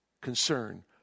concern